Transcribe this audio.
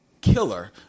killer